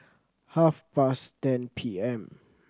half past ten P M